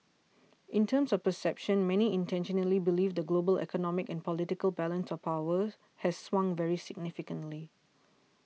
in terms of perceptions many internationally believe the global economic and political balance of power has swung very significantly